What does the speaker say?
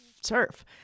surf